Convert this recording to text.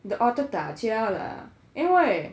的 otter 打架 lah 因为